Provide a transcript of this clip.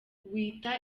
wita